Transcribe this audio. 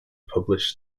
published